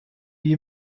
wie